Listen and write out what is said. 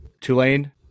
Tulane